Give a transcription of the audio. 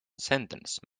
sentence